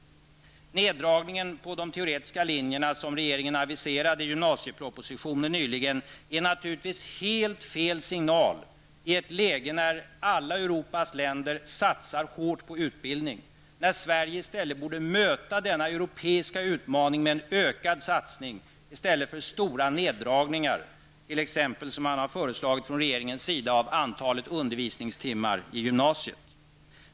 Den nedrustning på de teoretiska linjerna som regeringen aviserade i gymnasiepropositionen nyligen är naturligtvis helt fel signal i ett läge när alla Europas länder satsar hårt på utbildning, när Sverige borde möta denna europeiska utmaning med en ökad satsning i stället för stora neddragningar -- som man t.ex. har föreslagit från regeringens sida när det gäller antalet undervisningstimmar i gymnasiet.